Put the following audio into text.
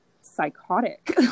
psychotic